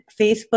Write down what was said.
Facebook